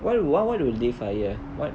what do w~ what do they fire ah [what]